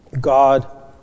God